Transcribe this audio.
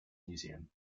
museum